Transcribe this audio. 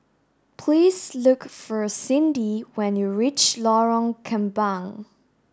please look for Cindi when you reach Lorong Kembang